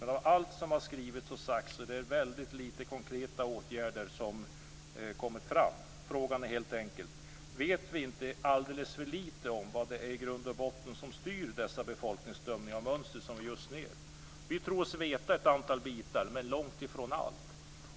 Men av allt som har skrivits och sagts är det väldigt lite konkreta åtgärder som har kommit fram. Frågan är helt enkelt: Vet vi inte i grund och botten alldeles för lite om vad det är som styr dessa befolkningsströmningars mönster som vi nu ser? Vi tror oss veta en del, men långt ifrån allt.